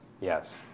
yes